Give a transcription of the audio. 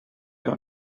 your